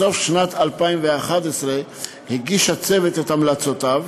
בסוף שנת 2011 הגיש הצוות את המלצותיו